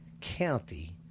County